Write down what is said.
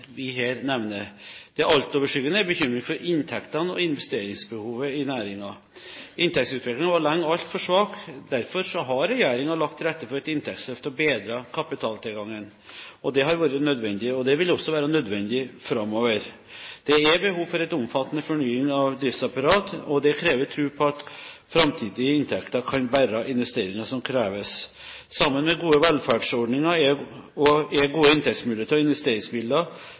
her nevner. Det altoverskyggende er bekymringen for inntektene og investeringsbehovet i næringen. Inntektsutviklingen var lenge altfor svak. Derfor har regjeringen lagt til rette for et inntektsløft og bedret kapitaltilgangen. Det har vært nødvendig, og det vil også være nødvendig framover. Det er behov for en omfattende fornying av driftsapparatet, og det krever tro på at framtidige inntekter kan bære de investeringene som kreves. Sammen med gode velferdsordninger er gode inntektsmuligheter og